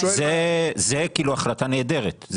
זה כאילו החלטה נהדרת.